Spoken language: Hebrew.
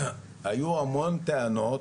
היו המון טענות.